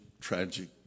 tragic